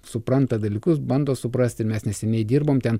supranta dalykus bando suprasti mes neseniai dirbom ten